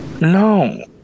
no